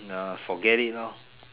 ya forget it lor